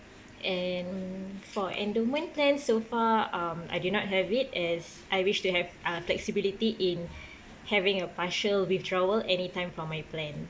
and for endowment plan so far um I do not have it as I wish to have uh flexibility in having a partial withdrawal anytime from my plan